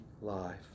life